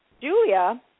Julia